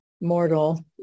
mortal